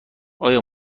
آیا